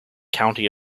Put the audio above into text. county